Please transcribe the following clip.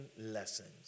lessons